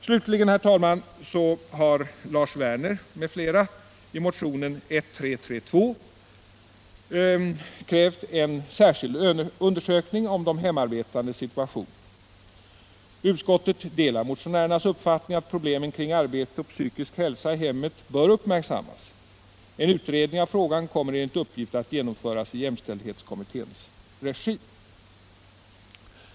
Slutligen, herr talman, har Lars Werner m.fl. i motionen 1976/77:1332 Rrävt en särskild undersökning om de hemarbetandes situation. Utskottet delar motionärernas uppfattning att problemen om arbete och psykisk hälsa i hemmet bör uppmärksammas. En utredning av frågan kommer, enligt min uppfattning, att genomföras i jämställdhetskommitténs regi.